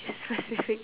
specific